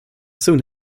soon